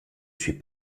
suis